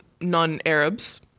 non-Arabs